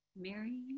Mary